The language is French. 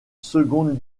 seconde